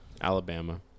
Alabama